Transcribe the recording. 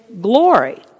glory